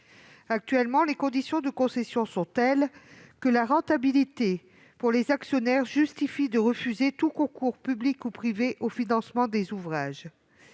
Actuellement, les conditions de concessions sont telles que la rentabilité pour les actionnaires justifie de refuser tout concours public ou privé au financement des ouvrages.